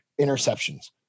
interceptions